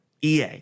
EA